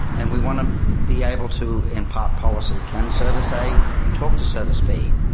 and we want to be able to impart policy. can service a talk to service b?